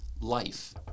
life